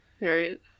Right